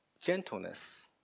gentleness